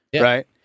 right